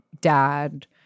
dad